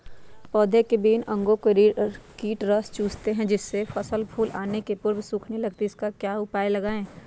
पौधे के विभिन्न अंगों से कीट रस चूसते हैं जिससे फसल फूल आने के पूर्व सूखने लगती है इसका क्या उपाय लगाएं?